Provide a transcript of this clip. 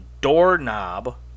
doorknob